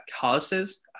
causes